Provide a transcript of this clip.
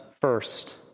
first